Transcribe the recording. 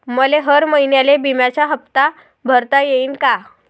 मले हर महिन्याले बिम्याचा हप्ता भरता येईन का?